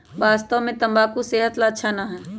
वास्तव में तंबाकू सेहत ला अच्छा ना है